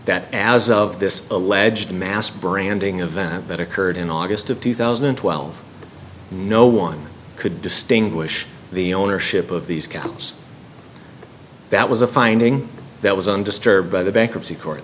that as of this alleged mass branding of that occurred in august of two thousand and twelve no one could distinguish the ownership of these chemicals that was a finding that was undisturbed by the bankruptcy court